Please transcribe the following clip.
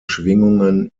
schwingungen